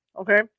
Okay